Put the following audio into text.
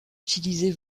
utilisés